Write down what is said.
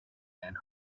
and